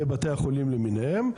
בבתי החולים למיניהם,